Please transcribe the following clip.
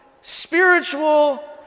spiritual